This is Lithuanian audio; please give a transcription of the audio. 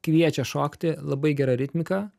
kviečia šokti labai gera ritmika